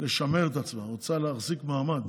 לשמר את עצמה, רוצה להחזיק מעמד,